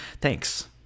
thanks